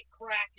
cracking